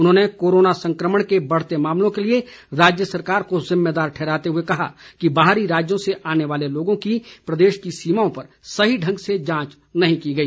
उन्होंने कोरोना संकमण के बढ़ते मामलों के लिए राज्य सरकार को ज़िम्मेदार ठहराते हुए कहा कि बाहरी राज्यों से आने वाले लोगों की प्रदेश की सीमाओं पर सही ढंग से जांच नहीं की गई